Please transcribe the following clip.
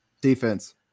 Defense